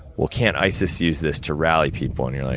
well, can't isis use this to rally people? and, you're like,